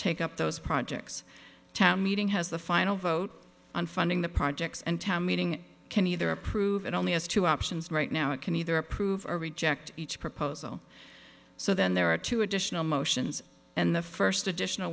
take up those projects meeting has the final vote on funding the projects and to meeting can either approve it only has two options right now it can either approve or reject each proposal so then there are two additional motions and the first additional